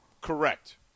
correct